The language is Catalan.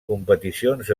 competicions